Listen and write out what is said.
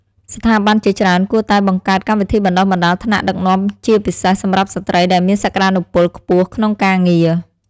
ស្ថាប័នជាច្រើនគួរតែបង្កើតកម្មវិធីបណ្តុះបណ្តាលថ្នាក់ដឹកនាំជាពិសេសសម្រាប់ស្ត្រីដែលមានសក្ដានុពលខ្ពស់ក្នុងការងារ។